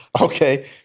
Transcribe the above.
Okay